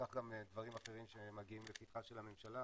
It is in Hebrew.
כך גם דברים אחרים שמגיעים לפתחה של הממשלה